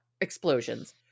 explosions